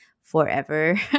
forever